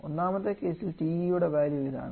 ഒന്നാമത്തെ കേസിൽ TE യുടെ വാല്യൂ ഇതാണ്